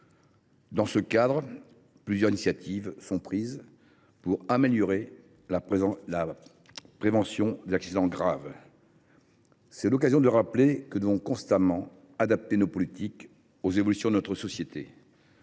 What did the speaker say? Dans ce cadre, plusieurs initiatives sont prises pour améliorer la prévention des accidents graves. C’est l’occasion de rappeler que nous devons constamment adapter nos politiques aux évolutions de la société